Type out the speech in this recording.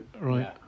right